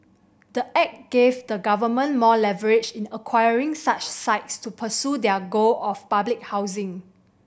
the act gave the government more leverage in acquiring such sites to pursue their goal of public housing